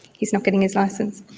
he's not getting his licence.